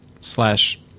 slash